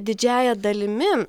didžiąja dalimi